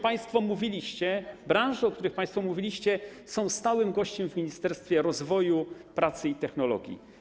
Przedstawiciele branż, o których państwo mówiliście, są stałym gościem w Ministerstwie Rozwoju, Pracy i Technologii.